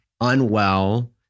unwell